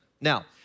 Now